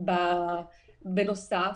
בנוסף,